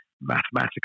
mathematical